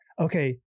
okay